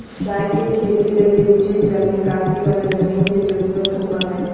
चाय के खेती लगी उचित जल निकासी वाला जमीन के जरूरत होबा हइ